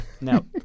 no